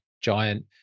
giant